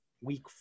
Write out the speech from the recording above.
Week